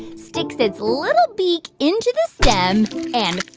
sticks its little beak into the stem and.